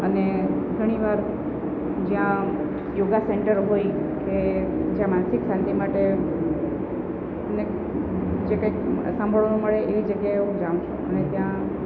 અને ઘણી વાર જ્યાં યોગા સેન્ટર હોય કે જ્યાં માનસિક શાંતિ માટે અમને જે કંઈક સાંભળવાનું મળે એવી જગ્યાએ હું જાઉં છું અને ત્યાં